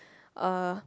uh